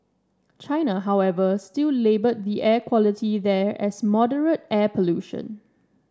China however still labelled the air quality there as moderate air pollution